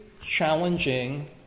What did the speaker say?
challenging